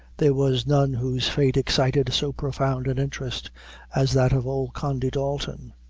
there was none whose fate excited so profound an interest as that of old condy dalton.